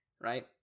right